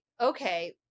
okay